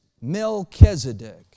Melchizedek